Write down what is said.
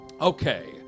Okay